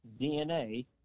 DNA